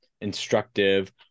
instructive